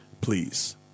Please